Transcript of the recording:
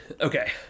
Okay